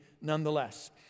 nonetheless